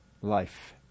life